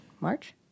March